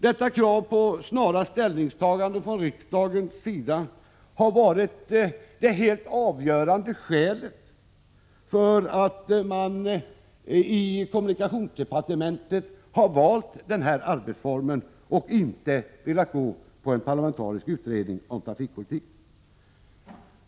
Detta krav på snara ställningstaganden av riksdagen har varit det avgörande skälet till att man i kommunikationsdepartementet har valt den här arbetsformen och inte velat gå via en parlamentarisk utredning om trafikpolitiken.